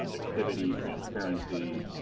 objectivity, transparency,